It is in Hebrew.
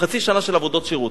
של עבודות שירות.